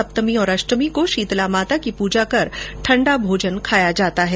सप्तमी और अष्टमी को शीतला माता की पूजा कर ठण्डा भोजन खाया जाता है